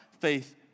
faith